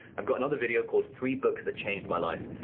i've got another video called three books that changed my life,